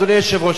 אדוני היושב-ראש,